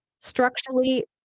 structurally